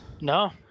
No